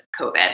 COVID